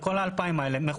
כל 2,000 המרפאות,